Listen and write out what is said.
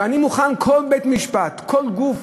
אני מוכן שכל בית-משפט, כל גוף